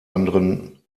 anderen